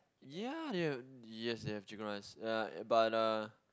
ya they have yes they have chicken rice uh but uh